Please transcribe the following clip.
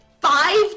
Five